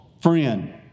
Friend